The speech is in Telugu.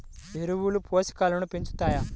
ఎరువులు పోషకాలను పెంచుతాయా?